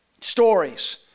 Stories